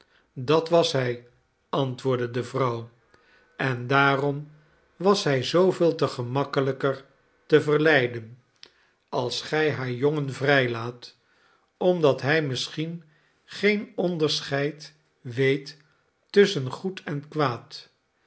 dat was hij antwoordde de vrouw en daarom was hij zooveel te gemakkelijker te verleiden als gij haar jongen vrijlaat omdat hij misschien geen onderscheid weet tusschen goed en kwaad